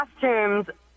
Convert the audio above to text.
costumes